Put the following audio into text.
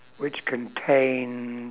which contained